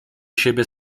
siebie